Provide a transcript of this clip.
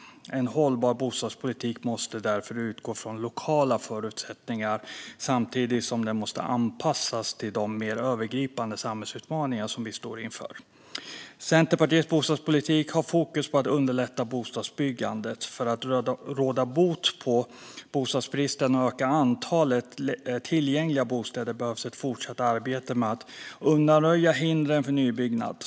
En hållbar bostadspolitik måste därför utgå från lokala förutsättningar samtidigt som den måste anpassas till de mer övergripande samhällsutmaningar som vi står inför. Centerpartiets bostadspolitik har fokus på att underlätta bostadsbyggandet. För att råda bot på bostadsbristen och öka antalet tillgängliga bostäder behövs ett fortsatt arbete med att undanröja hindren för nybyggnad.